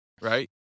Right